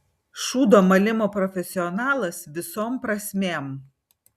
šūdo malimo profesionalas visom prasmėm